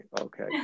okay